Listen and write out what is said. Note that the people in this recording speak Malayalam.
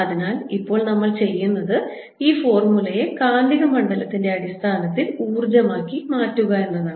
അതിനാൽ ഇപ്പോൾ നമ്മൾ ചെയ്യാൻ ആഗ്രഹിക്കുന്നത് ഈ ഫോർമുലയെ കാന്തിക മണ്ഡലത്തിന്റെ അടിസ്ഥാനത്തിൽ ഊർജ്ജമാക്കി മാറ്റുക എന്നതാണ്